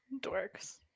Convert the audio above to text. dorks